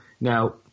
Now